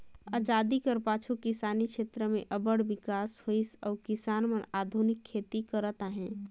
अजादी कर पाछू किसानी छेत्र में अब्बड़ बिकास होइस अउ किसान मन आधुनिक खेती करत अहें